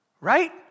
Right